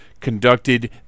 conducted